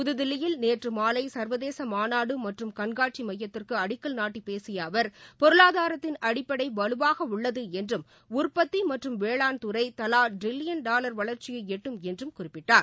புத்தில்லியில் நேற்று மாலை சர்வதேச மாநாடு மற்றும் கண்காட்சி மையத்திற்கு அடிக்கல் நாட்டி பேசிய அவர் பொருளாதாரத்தின் அடிப்படை வலுவாக உள்ளது என்றும் உற்பத்தி மற்றும் வேளாண் துறை தலா டிரில்லியன் டாலர் வளர்ச்சியை எட்டும் என்றும் குறிப்பிட்டார்